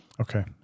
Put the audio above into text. Okay